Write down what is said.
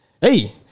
Hey